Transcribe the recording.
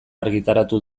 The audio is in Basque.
argitaratu